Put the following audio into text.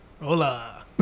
Hola